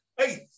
Hey